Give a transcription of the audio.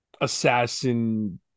assassin